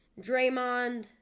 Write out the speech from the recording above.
Draymond